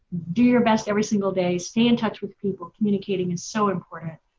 do your best every single day. stay in touch with people communicating is so important.